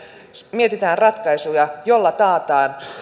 mietitään ratkaisuja ymmärtäväisyyttä jolla taataan